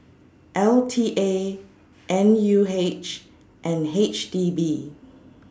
L T A N U H and H D B